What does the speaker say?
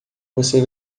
você